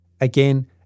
Again